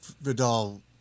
Vidal